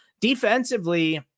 defensively